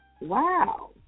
Wow